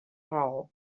raó